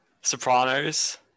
Sopranos